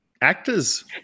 actors